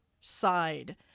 side